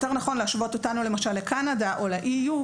יותר נכון להשוות אותנו לקנדה או ל-EU,